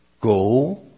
Go